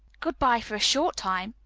good-by for a short time,